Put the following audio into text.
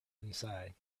inside